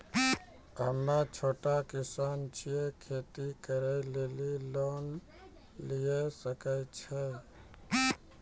हम्मे छोटा किसान छियै, खेती करे लेली लोन लिये सकय छियै?